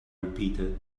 repeated